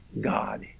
god